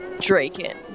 Draken